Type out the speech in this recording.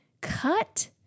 cut